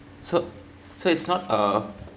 so so it's not a